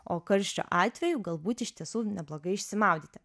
o karščio atveju galbūt iš tiesų neblogai išsimaudyti